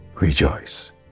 rejoice